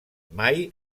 mai